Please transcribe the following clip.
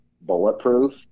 bulletproof